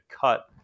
cut